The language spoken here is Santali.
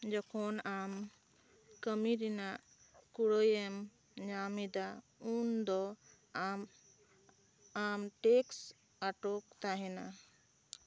ᱡᱚᱠᱷᱚᱱ ᱟᱢ ᱠᱟᱹᱢᱤ ᱨᱮᱱᱟᱜ ᱠᱩᱲᱟᱹᱭᱮᱢ ᱧᱟᱢ ᱮᱫᱟ ᱩᱱ ᱫᱚ ᱟᱢ ᱟᱢ ᱴᱮᱠᱥ ᱟᱴᱚᱠ ᱛᱟᱦᱮᱱᱟ